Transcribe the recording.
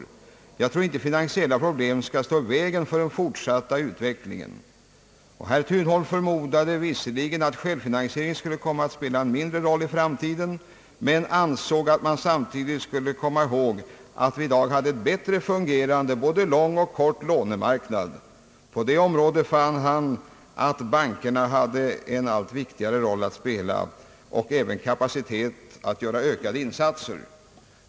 Jag tror inte finansiella problem skall stå i vägen för den fortsatta utvecklingen.» Herr Thunholm förmodade visserligen — fortfarande enligt referatet i Dagens Nyheter — att självfinansieringen skulle komma att spela en mindre roll i framtiden men ansåg att man samtidigt skulle komma ihåg att vi i dag hade en bättre fungerande både lång och kort lånemarknad. På det området fann han att bankerna hade en allt viktigare roll att spela och även kapacitet att göra ökade insatser.